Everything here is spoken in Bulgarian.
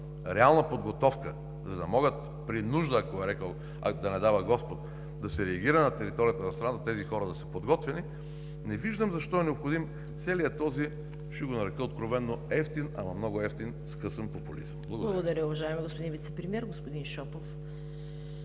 реална подготовка, за да могат при нужда, да не дава Господ, да се реагира на територията на страната, тези хора да са подготвени не виждам защо е необходим целият този, ще го нарека откровено евтин, ама много евтин, скъсан популизъм. ПРЕДСЕДАТЕЛ ЦВЕТА КАРАЯНЧЕВА: Благодаря, уважаеми господин Вицепремиер. Господин Шопов,